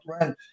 rent